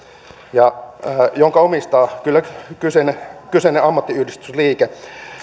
sen omistaa kyllä kyseinen kyseinen ammattiyhdistysliike